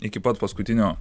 iki pat paskutinio